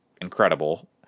incredible